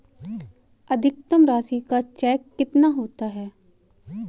अधिकतम राशि का चेक कितना होता है?